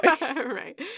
right